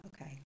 okay